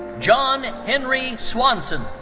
john henry swenson.